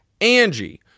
Angie